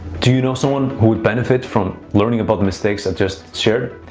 do you know someone who would benefit from learning about the mistakes i just shared?